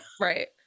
right